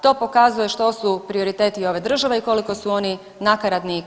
To pokazuje što su prioriteti ove države i koliko su oni nakaradni i kvarni.